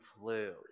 flu